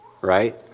Right